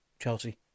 Chelsea